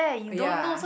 oh ya